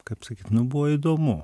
kaip sakyt nu buvo įdomu